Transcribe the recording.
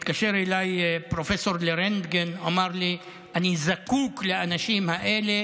התקשר אליי פרופסור לרנטגן ואמר לי: אני זקוק לאנשים האלה